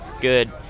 good